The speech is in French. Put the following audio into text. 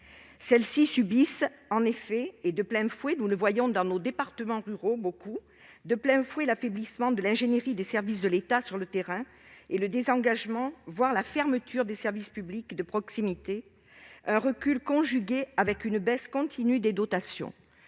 Celles-ci subissent en effet, et de plein fouet- nous en voyons beaucoup d'exemples dans nos départements ruraux -, l'affaiblissement de l'ingénierie des services de l'État sur le terrain et le désengagement, voire la fermeture, des services publics de proximité, ce recul se conjuguant avec une baisse continue des dotations.